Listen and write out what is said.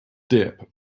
dip